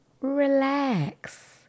relax